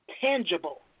tangible